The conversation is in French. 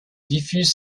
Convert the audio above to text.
diffuse